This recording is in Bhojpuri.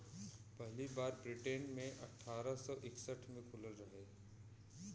पहली बार ब्रिटेन मे अठारह सौ इकसठ मे खुलल रहे